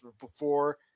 before-